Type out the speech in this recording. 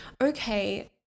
okay